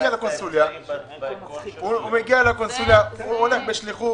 מגיע לקונסוליה הוא נמצא בשליחות,